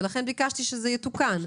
ולכן ביקשתי שזה יתוקן.